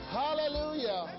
hallelujah